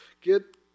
get